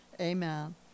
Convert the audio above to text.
Amen